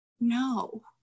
no